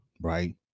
right